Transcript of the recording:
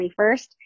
21st